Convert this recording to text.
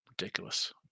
Ridiculous